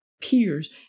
peers